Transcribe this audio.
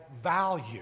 value